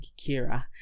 Kira